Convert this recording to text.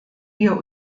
wir